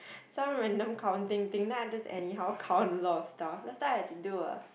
some random counting thing then I just anyhow count a lot of stuff last time I had to do a